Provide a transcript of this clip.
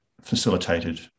facilitated